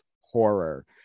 horror